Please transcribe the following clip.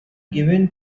given